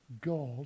God